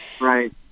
right